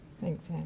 Thanks